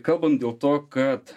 kalbant dėl to kad